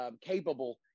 capable